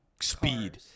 speed